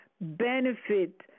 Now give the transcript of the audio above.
benefit